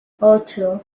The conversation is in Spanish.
ocho